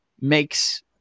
makes